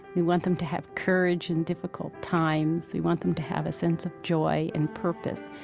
we want them to have courage in difficult times. we want them to have a sense of joy and purpose.